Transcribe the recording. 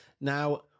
Now